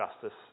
justice